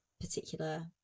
particular